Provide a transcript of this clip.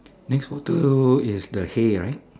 next photo is the hay right